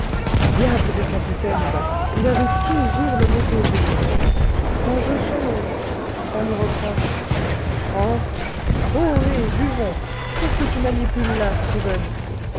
diable de capitaine va il avait toujours le mot pour rire quand je songe ça me reproche enfin ohé buvons qu'est-ce que tu manipules là stephen